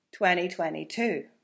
2022